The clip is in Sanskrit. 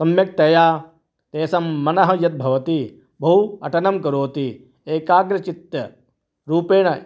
सम्यक्तया तेषां मनः यद्भवति बहु अटनं करोति एकाग्रचित्तरूपेण